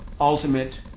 ultimate